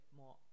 more